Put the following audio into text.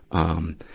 um,